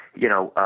you know,